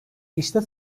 i̇şte